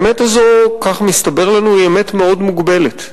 האמת הזאת, כך מסתבר לנו, היא אמת מאוד מוגבלת.